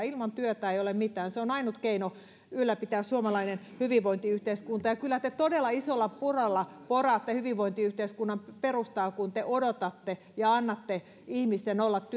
ilman työtä ei ole mitään se on ainut keino ylläpitää suomalaista hyvinvointiyhteiskuntaa kyllä te todella isolla poralla poraatte hyvinvointiyhteiskunnan perustaa kun te odotatte ja annatte ihmisten olla työttömänä